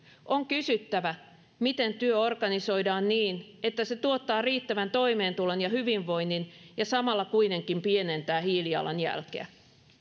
on kysyttävä miten työ organisoidaan niin että se tuottaa riittävän toimeentulon ja hyvinvoinnin ja samalla kuitenkin pienentää hiilijalanjälkeä